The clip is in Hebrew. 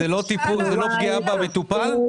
זה לא פגיעה במטופל?